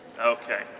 Okay